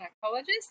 psychologist